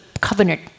covenant